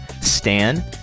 Stan